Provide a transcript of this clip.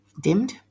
dimmed